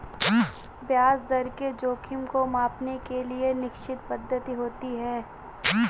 ब्याज दर के जोखिम को मांपने के लिए निश्चित पद्धति होती है